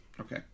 Okay